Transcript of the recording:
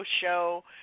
Show